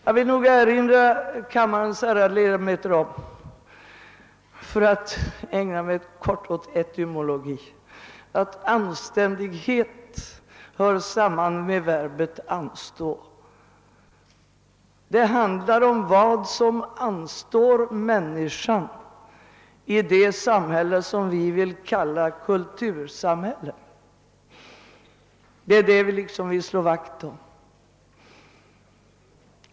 Jag vill erinra kammarens ärade ledamöter om — för att något ägna mig åt etymologi — att anständighet hör samman med verbet anstå. Det handlar om vad som anstår människan i det samhälle som vi vill kalla för kultursamhälle. Det är detta vi vill slå vakt om.